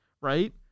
right